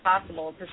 possible